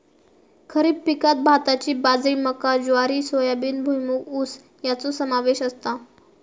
खरीप पिकांत भाताची बाजरी मका ज्वारी सोयाबीन भुईमूग ऊस याचो समावेश असता